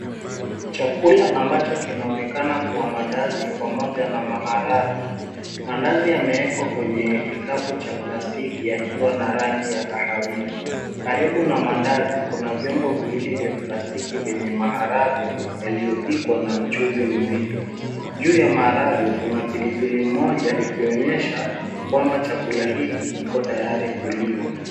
Chakula ambacho kinaonekana kuwa maandazi pamoja na maharagwe. Maandazi yamewekwa kwenye kikapu cha plastiki rangi ya kahawia, karibu na maandazi kuna vyombo viwili vya plastiki vyenye maharagwe yaliyopikwa na mchuzi mzito, juu ya maharagwe kuna pilipili moja ikionyesha kwamba chakula hiki kiko tayari kuliwa.